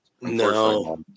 No